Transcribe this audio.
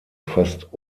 fast